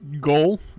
goal